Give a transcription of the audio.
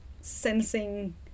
sensing